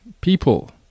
people